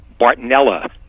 bartonella